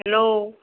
hello